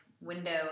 window